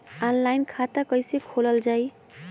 Online खाता कईसे खोलल जाई?